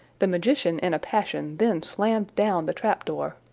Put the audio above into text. the magician, in a passion, then slammed down the trap-door,